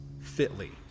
fitly